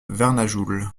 vernajoul